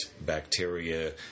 bacteria